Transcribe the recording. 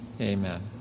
amen